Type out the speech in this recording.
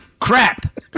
Crap